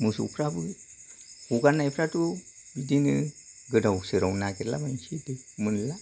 मोसौफ्रा हगारनायफ्राथ' बिदिनो गोदाव सोराव नागिरलाबायसै दै मोनला